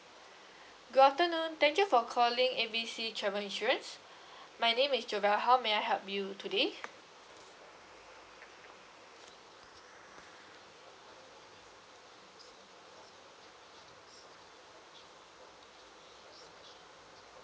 good afternoon thank you for calling A B C travel insurance my name is jovelle how may I help you today